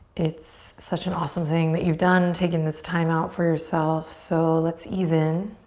it's such an awesome thing that you've done, taken this time out for yourself. so let's ease in.